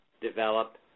develop